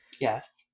Yes